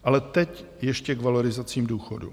Ale teď ještě k valorizacím důchodů.